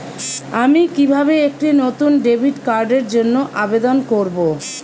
আমি কিভাবে একটি নতুন ডেবিট কার্ডের জন্য আবেদন করব?